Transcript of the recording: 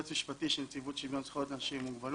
יועץ משפטי של נציבות שוויון זכויות לאנשים עם מוגבלות,